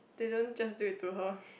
they don't just do it to her